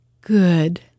good